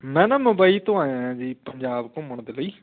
ਮੈਂ ਨਾ ਮੁੰਬਈ ਤੋਂ ਆਇਆਂ ਜੀ ਪੰਜਾਬ ਘੁੰਮਣ ਦੇ ਲਈ